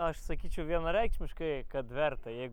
aš sakyčiau vienareikšmiškai kad verta jeigu